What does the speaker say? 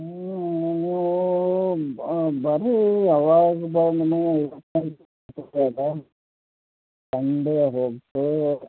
ಹಾಂ ಬರ್ರಿ ಯಾವಾಗ ಬಂದ್ರೂ ಇರ್ತೇನಿ ಈವಾಗ